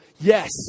yes